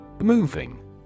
Moving